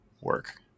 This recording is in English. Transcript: work